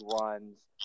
runs